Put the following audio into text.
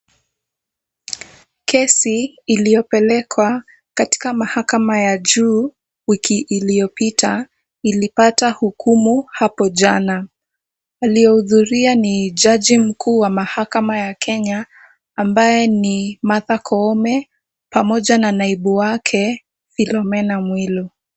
Kesi iliyopelekwa katika mahakama ya juu wiki iliyopita ilipata hukumu hapo jana. Waliohudhuria ni jaji mkuu wa mahakama ya Kenya ambaye ni Martha Koome pamoja na naibu wake Philomena Mwilu.